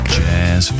jazz